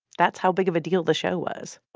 that's how big of a deal the show was